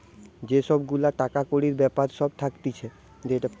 যে সব গুলা টাকা কড়ির বেপার সব থাকতিছে